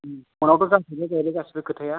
फनावथ' गासिबो जाया खोथाया